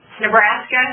Nebraska